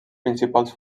principals